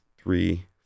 three